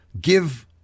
give